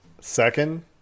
second